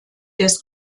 des